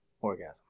orgasm